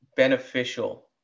beneficial